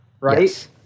right